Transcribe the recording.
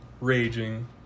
raging